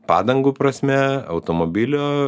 padangų prasme automobilio